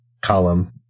column